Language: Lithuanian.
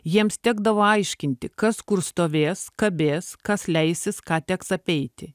jiems tekdavo aiškinti kas kur stovės kabės kas leisis ką teks apeiti